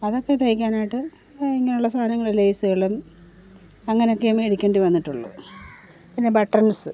അതൊക്കെ തൈക്കാനായിട്ട് ഇങ്ങനെ ഉള്ള സാധനങ്ങള് ലയ്സുകളും അങ്ങനൊക്കെ മേടിക്കേണ്ടി വന്നിട്ടുള്ളൂ പിന്നെ ബട്ടൻസ്